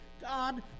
God